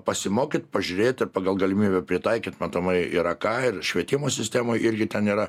pasimokyt pažiūrėt ir pagal galimybę pritaikyt matomai yra ką ir švietimo sistemoj irgi ten yra